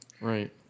Right